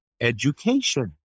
education